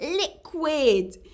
liquid